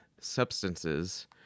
substances